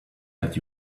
let